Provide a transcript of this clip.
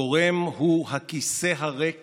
הגורם הוא הכיסא הריק